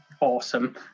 awesome